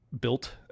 built